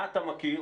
מה אתה מכיר?